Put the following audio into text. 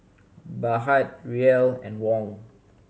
Baht Riel and Won